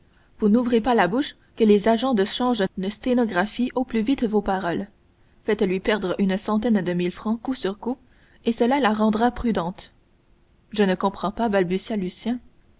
vous n'ouvrez pas la bouche que les agents de change ne sténographient au plus vite vos paroles faites-lui perdre une centaine de mille francs coup sur coup et cela la rendra prudente je ne comprends pas balbutia